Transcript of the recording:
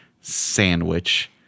sandwich